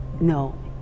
no